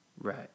Right